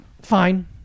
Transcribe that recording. Fine